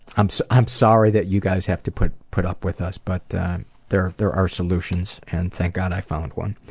i'm so i'm sorry that you guys have to put put up with us, but there there are solutions. and thank god i found one.